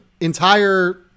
entire